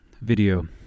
video